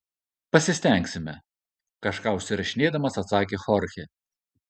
pasistengsime kažką užsirašinėdamas atsakė chorchė